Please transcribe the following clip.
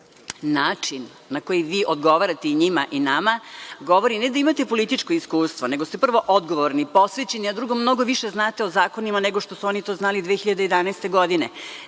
Način na koji vi odgovarate i njima i nama govori ne da imate političko iskustvo, nego ste, prvo, odgovorni, posvećeni, a drugo, mnogo više znate o zakonima nego što su oni to znali 2011. godine. Naime,